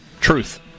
Truth